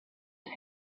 his